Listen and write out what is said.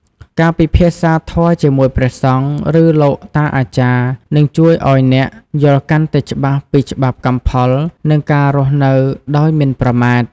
ការពិភាក្សាធម៌ជាមួយព្រះសង្ឃ ឬលោកតាអាចារ្យ នឹងជួយឱ្យអ្នកយល់កាន់តែច្បាស់ពីច្បាប់កម្មផល និងការរស់នៅដោយមិនប្រមាថ។